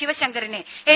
ശിവശങ്കറിനെ എൻ